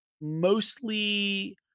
mostly